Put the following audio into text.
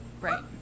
Right